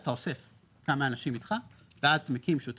אז אתה אוסף כמה אנשים איתך ואז מקים שותפות,